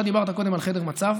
אתה דיברת קודם על חדר מצב,